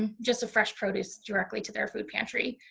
and just of fresh produce directly to their food pantry.